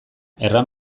erran